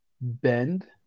bend